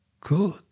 good